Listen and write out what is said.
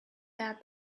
that